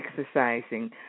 exercising